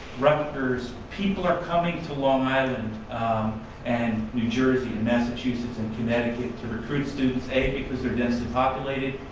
rutgers, people are coming to long island and new jersey and massachusetts and connecticut to recruit students, a, because they're densely populated,